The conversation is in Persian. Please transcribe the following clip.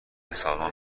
سازمان